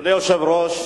אדוני היושב-ראש,